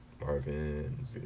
Marvin